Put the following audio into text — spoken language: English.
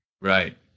Right